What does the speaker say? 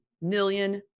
million